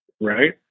right